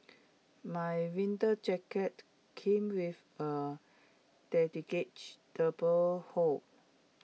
my winter jacket came with A hood